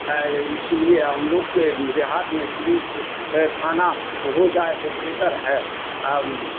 اس لیے ہم لوگ کے دیہات میں پولیس تھانا ہو جائے تو بہتر ہے